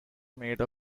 made